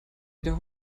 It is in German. wieder